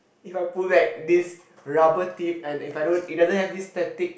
if I pull back this rubber tip and if I don't it doesn't have this static